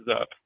up